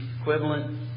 equivalent